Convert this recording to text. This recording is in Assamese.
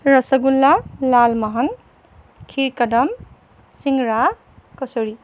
ৰসগোল্লা লাল মোহন খীৰ কদম চিংৰা কচুৰি